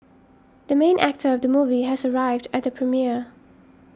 the main actor of the movie has arrived at the premiere